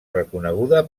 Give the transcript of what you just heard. reconeguda